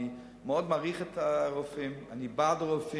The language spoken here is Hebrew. אני מאוד מעריך את הרופאים, אני בעד הרופאים,